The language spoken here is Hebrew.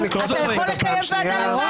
זה לא יאומן.